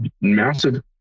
massive